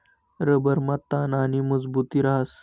रबरमा ताण आणि मजबुती रहास